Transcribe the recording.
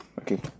Okay